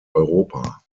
europa